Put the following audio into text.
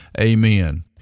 amen